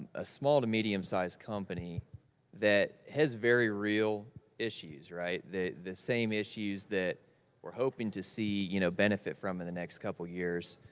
a small to medium-size company that has very real issues, right? that the same issues that we're hoping to see, you know, benefit from in the next couple years,